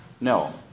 no